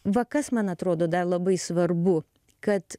va kas man atrodo dar labai svarbu kad